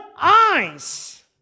eyes